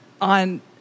on